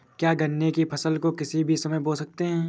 क्या गन्ने की फसल को किसी भी समय बो सकते हैं?